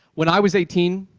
when i was eighteen,